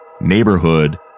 neighborhood